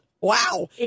Wow